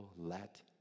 let